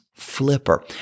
flipper